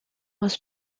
was